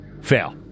Fail